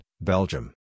Belgium